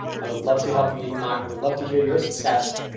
i would love to help you even my i would love to hear your success.